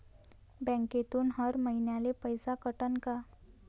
बँकेतून हर महिन्याले पैसा कटन का?